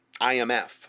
IMF